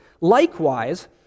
Likewise